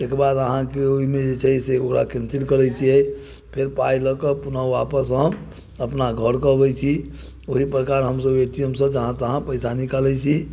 एकबार अहाँके ओइमे जे छै से एकबार केंसिल करै छियै फेर पाइ लऽ कऽ पुनः वापस हम अपना घरपर अबै छी ओही प्रकार हमसब ए टी एम सँ जहाँ तहाँ पैसा निकालै छी